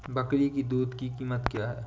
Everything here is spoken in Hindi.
बकरी की दूध की कीमत क्या है?